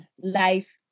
life